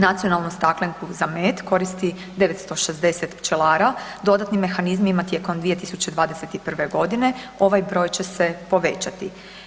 Nacionalnu staklenku za med koristi 960 pčelara, dodatnim mehanizmima tijekom 2021. g. ovaj broj će se povećati.